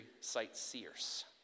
sightseers